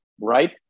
right